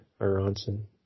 Aronson